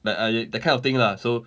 like I that kind of thing lah so